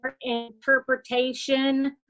interpretation